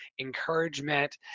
encouragement